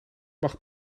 mag